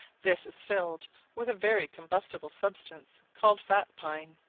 this is filled with a very combustible substance called fat-pine,